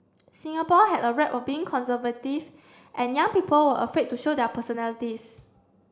Singapore had a rep of being conservative and young people were afraid to show their personalities